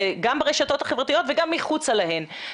זה גם ברשתות החברתיות וגם מחוצה להן.